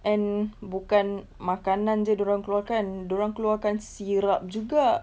and bukan makanan jer yang dia orang keluarkan dia orang keluarkan syrup juga